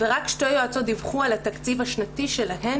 ורק שתי יועצות דיווחו על התקציב השנתי שלהן